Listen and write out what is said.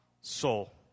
soul